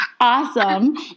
Awesome